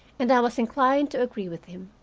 and i was inclined to agree with him.